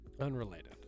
Unrelated